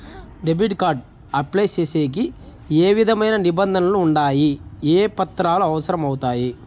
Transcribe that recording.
Debit card apply సేసేకి ఏ విధమైన నిబంధనలు ఉండాయి? ఏ పత్రాలు అవసరం అవుతాయి?